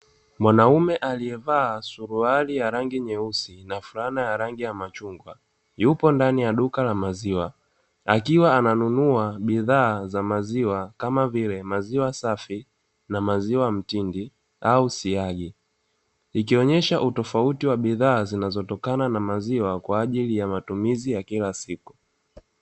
Mwanaume aliyevaa suruali ya rangi nyeusi na fulana ya rangi ya machungwa, yupo ndani ya duka la maziwa akiwa ananunua bidhaa za maziwa kama vile maziwa safi na maziwa mtindi au siagi. Ikionyesha utofauti wa bidhaa zinazotokana na maziwa kwa ajili ya matumizi ya kila siku.